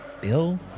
bill